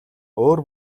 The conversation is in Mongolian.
өөр